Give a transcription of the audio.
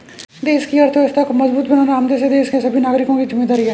देश की अर्थव्यवस्था को मजबूत बनाना हम जैसे देश के सभी नागरिकों की जिम्मेदारी है